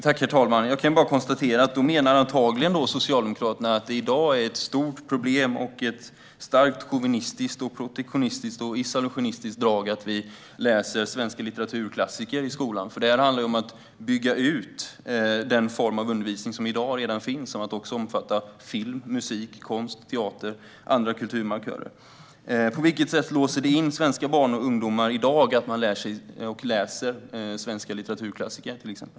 Herr talman! Då menar antagligen Socialdemokraterna att det i dag är ett stort problem och ett starkt kommunistiskt, protektionistiskt och isolationistiskt drag att vi läser svenska litteraturklassiker i skolan. Här handlar det ju om att bygga ut den form av undervisning som i dag redan finns till att också omfatta film, musik, konst, teater och andra kulturmarkörer. På vilket sätt låser det in svenska barn och ungdomar i dag att man läser svenska litteraturklassiker, till exempel?